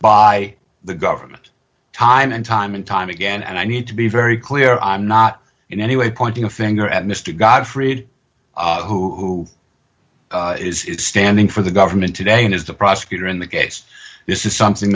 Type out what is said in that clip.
by the government time and time and time again and i need to be very clear i'm not in any way pointing a finger at mister godfrey who is standing for the government today and is the prosecutor in the case this is something